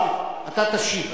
אתה תשיב,